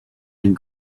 and